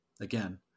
Again